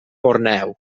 borneo